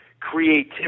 creativity